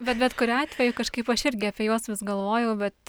bet bet kuriuo atveju kažkaip aš irgi apie juos vis galvojau bet